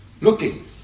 looking